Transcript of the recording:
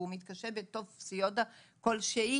והוא מתקשה בטופסיאדה כלשהי,